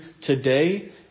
today